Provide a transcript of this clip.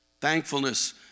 Thankfulness